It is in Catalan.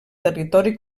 territori